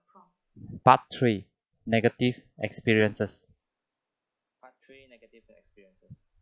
part three negative experiences